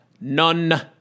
None